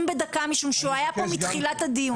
בדקה משום שהוא היה פה מתחילת הדיון.